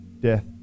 death